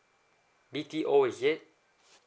B_T_O is it